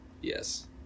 yes